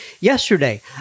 yesterday